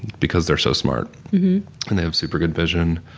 because they're so smart and they have super good vision.